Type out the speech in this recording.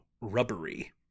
rubbery